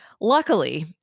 Luckily